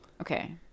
Okay